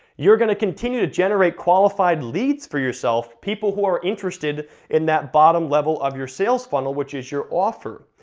you're gonna continue to generate qualified leads for yourself, people who are interested in that bottom level of your sales funnel, which is your offer.